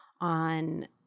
on